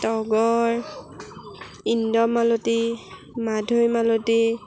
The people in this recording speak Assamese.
তগৰ ইন্দ্ৰমালতী মাধৈমালতী